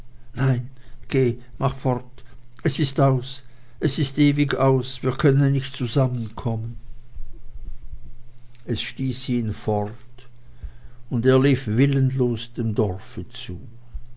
nein geh mach dich fort es ist aus es ist ewig aus wir können nicht zusammenkommen es stieß ihn fort und er lief willenlos dem dorfe zu